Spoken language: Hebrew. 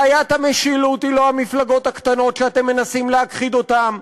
בעיית המשילות היא לא המפלגות הקטנות שאתם מנסים להכחיד אותן,